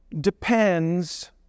depends